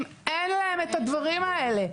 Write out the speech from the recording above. אין להם את הדברים האלה,